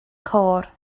côr